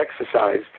exercised